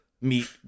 meet